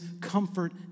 comfort